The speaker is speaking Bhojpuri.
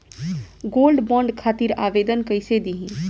गोल्डबॉन्ड खातिर आवेदन कैसे दिही?